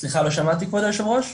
סליחה לא שמעתי כבוד היו"ר?